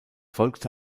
folgte